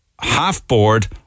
half-board